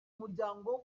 muryango